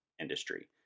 industry